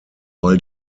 while